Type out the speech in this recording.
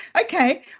Okay